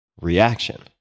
reaction